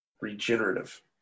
regenerative